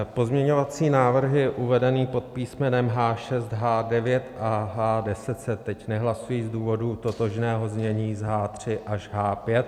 Pozměňovací návrhy uvedené pod písmeny H6, H9 a H10 se teď nehlasují z důvodu totožného znění s H3 až H5.